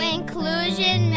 Inclusion